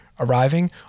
arriving